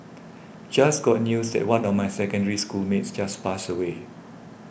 just got news that one of my Secondary School mates just passed away